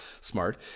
smart